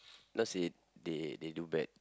not say they they do bad